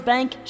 Bank